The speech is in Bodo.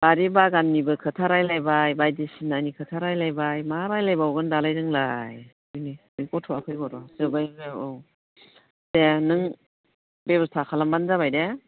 बारि बागाननिबो खोथा रायज्लायबाय बायदिसिनानि खोथा रायज्लायबाय मा रायज्लायबावगोन दालाय जोंलाय बे गथ'आ फैगौ र' दे नों बेब'स्था खालामब्लानो जाबाय दे